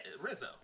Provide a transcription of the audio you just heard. rizzo